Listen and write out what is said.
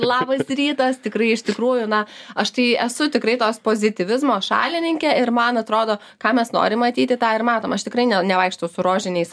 labas rytas tikrai iš tikrųjų na aš tai esu tikrai tos pozityvizmo šalininkė ir man atrodo ką mes norim matyti tą ir matom aš tikrai ne nevaikštau su rožiniais